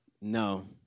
No